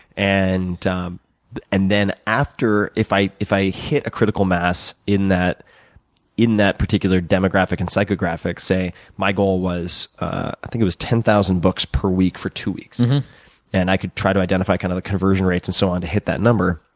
and um then after if i if i hit a critical mass in that in that particular demographic and psychographic say my goal was ah i think it was ten thousand books per week for two weeks and i could try to identify kind of the conversion rates and so on to hit that number.